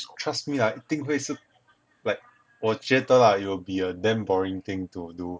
trust me lah 一定会是 like 我觉得 lah it will be a damn boring thing to do